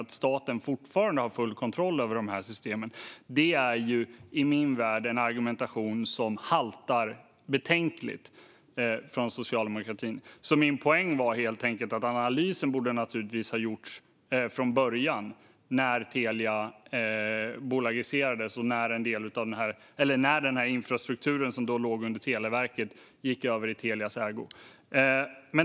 Att staten fortfarande har full kontroll över de här systemen är i min värld en argumentation från socialdemokratin som haltar betänkligt. Min poäng var alltså helt enkelt att analysen naturligtvis borde ha gjorts från början, när Telia bolagiserades och den här infrastrukturen - som då låg under Televerket - gick över i Telias ägo.